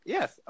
Yes